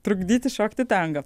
trukdyti šokti tango